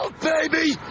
baby